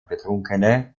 betrunkene